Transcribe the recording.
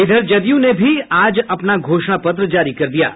इधर जदयू ने भी आज अपना घोषणा पत्र जारी कर दिया है